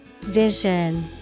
Vision